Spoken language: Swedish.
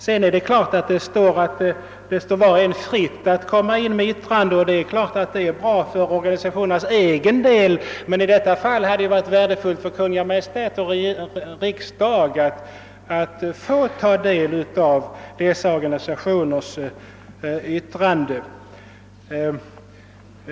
Statsrådet säger att »det står var och en fritt» att inkomma med yttrande. Naturligtvis är det bra för organisationerna själva, men i detta fall hade det varit värdefullt för Kungl. Maj:t och riksdagen att få ta del av dessa organisationers yttranden.